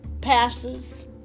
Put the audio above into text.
pastors